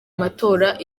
matora